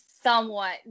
somewhat